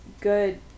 good